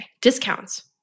Discounts